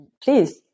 Please